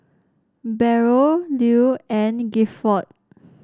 Beryl Lew and Gifford